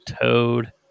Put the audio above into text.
Toad